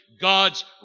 God's